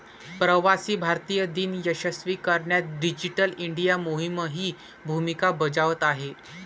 प्रवासी भारतीय दिन यशस्वी करण्यात डिजिटल इंडिया मोहीमही भूमिका बजावत आहे